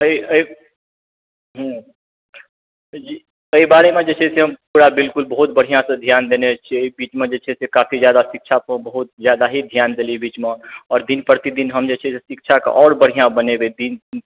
अइ अइ जी एहि बारे मे जे छै से हम पूरा बिलकुल बहुत बढिआँ सऽ ध्यान देने छियै बीच मे जे छै से काफी जादा शिक्षा पऽ बहुत जादा ही ध्यान देलियै बीच मे आओर दिन प्रतिदिन हम जे छै से शिक्षा के आओर बढिआँ बनेबै दिन